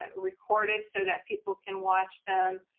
ah recorded so that people can watch them.